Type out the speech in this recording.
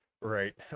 right